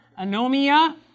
anomia